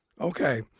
Okay